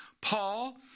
Paul